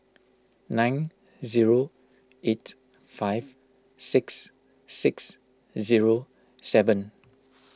nine zero eight five six six zero seven